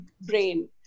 brain